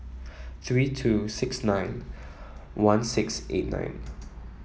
three two six nine one six eight nine